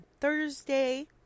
Thursday